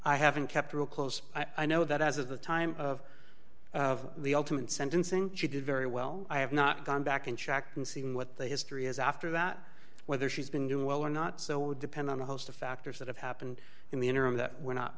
i haven't kept up close i know that as of the time of the ultimate sentencing she did very well i have not gone back and checked and see what the history is after that whether she's been doing well or not so would depend on a host of factors that have happened in the interim that we're not